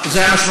זה מה שהוא אמר?